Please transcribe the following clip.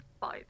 five